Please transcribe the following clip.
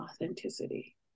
authenticity